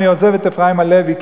אני עוזב את אפרים הלוי,